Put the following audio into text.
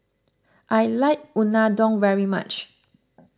I like Unadon very much